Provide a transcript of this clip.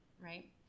right